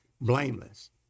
blameless